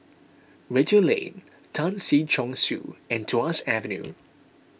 Redhill Lane Tan Si Chong Su and Tuas Avenue